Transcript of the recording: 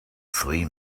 three